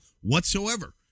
whatsoever